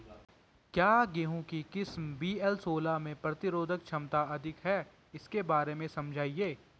क्या गेहूँ की किस्म वी.एल सोलह में प्रतिरोधक क्षमता अधिक है इसके बारे में समझाइये?